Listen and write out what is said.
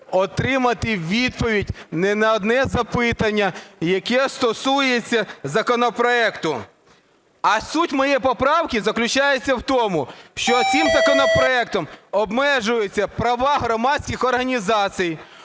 отримати відповідь ні на одне запитання, яке стосується законопроекту? А суть моєї поправки заключається в тому, що цим законопроектом обмежуються права громадських організацій,